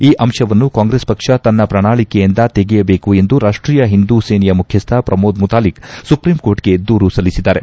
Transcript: ಈ ಅಂಶವನ್ನು ಕಾಂಗ್ರೆಸ್ ಪಕ್ಷ ತನ್ನ ಪ್ರಣಾಳಕೆಯಿಂದ ತೆಗೆಯಬೇಕು ಎಂದು ರಾಷ್ವೀಯ ಹಿಂದೂ ಸೇನೆಯ ಮುಖ್ಯಸ್ವ ಪ್ರಮೋದ್ ಮುತಾಲಿಕ್ ಸುಪ್ರಿಂ ಕೋರ್ಟ್ಗೆ ದೂರು ಸಲ್ಲಿಸಿದ್ದಾರೆ